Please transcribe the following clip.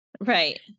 Right